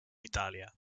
italia